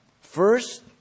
First